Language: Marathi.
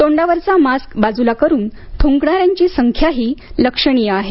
तोंडावरचा मास्क बाज्रला करून थ्रंकणाऱ्यांची संख्याही लक्षणीय आहे